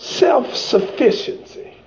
self-sufficiency